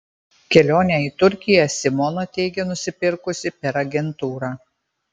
kelionę į turkiją simona teigia nusipirkusi per agentūrą